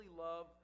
love